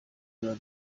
kuba